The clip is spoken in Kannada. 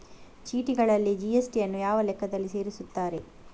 ಚೀಟಿಗಳಲ್ಲಿ ಜಿ.ಎಸ್.ಟಿ ಯನ್ನು ಯಾವ ಲೆಕ್ಕದಲ್ಲಿ ಸೇರಿಸುತ್ತಾರೆ?